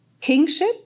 Kingship